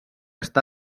està